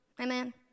amen